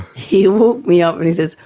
he woke me up and he says,